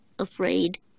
Afraid